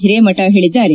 ಹಿರೇಮಠ ಹೇಳಿದ್ದಾರೆ